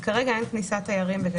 כרגע אין כניסת תיירים, בגדול.